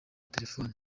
telefone